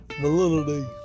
Validity